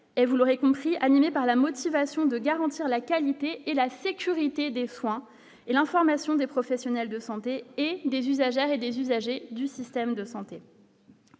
et voudrait confie animé par la motivation de garantir la qualité et la sécurité des soins et l'information des professionnels de santé et des usagères et des usagers du système de santé.